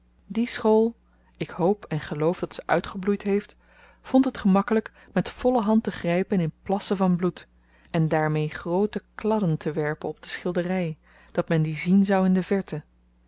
die school ik hoop en geloof dat ze uitgebloeid heeft vond het gemakkelyk met volle hand te grypen in plassen van bloed en daarmee groote kladden te werpen op de schildery dat men die zien zou in de verte